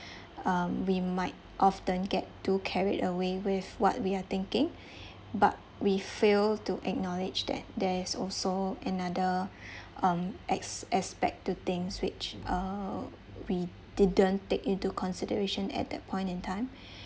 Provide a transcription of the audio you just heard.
um we might often get too carried away with what we are thinking but we fail to acknowledge that there is also another um as~ aspect to things which uh we didn't take into consideration at that point in time